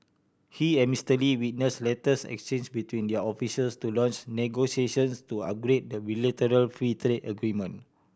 he and Mister Lee witnessed letters exchanged between their officials to launch negotiations to upgrade the bilateral free trade agreement